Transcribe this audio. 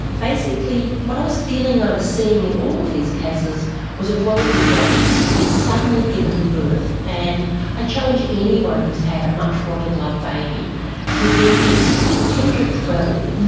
basically what i was feeling i was seeing in all of these cases was a twelve year old who had suddenly given birth. and i challenge anyone who has had a much wanted, loved baby to then think, pretend you are twelve,